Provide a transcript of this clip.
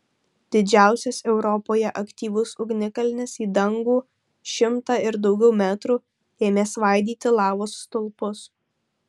didžiausias europoje aktyvus ugnikalnis į dangų šimtą ir daugiau metrų ėmė svaidyti lavos stulpus